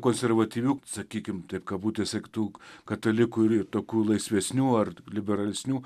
konservatyvių sakykim taip kabutės tų katalikų ir tokių laisvesnių ar liberalesnių